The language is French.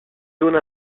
zone